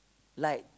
like